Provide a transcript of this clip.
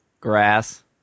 Grass